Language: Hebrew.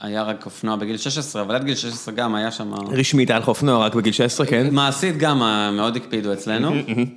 היה רק אופנוע בגיל 16, אבל עד גיל 16 גם היה שם... רשמית היה לך אופנוע רק בגיל 16, כן? מעשית גם, מאוד הקפידו אצלנו.